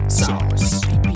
sauce